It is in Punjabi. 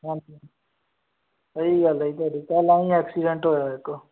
ਹਾਂਜੀ ਹਾਂਜੀ ਸਹੀ ਗੱਲ ਹੈ ਜੀ ਤੁਹਾਡੀ ਪਹਿਲਾਂ ਵੀ ਐਕਸੀਡੈਂਟ ਹੋਇਆ ਇੱਕ